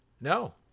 No